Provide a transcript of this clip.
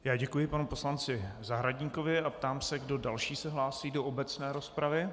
Já děkuji panu poslanci Zahradníkovi a ptám se, kdo další se hlásí do obecné rozpravy.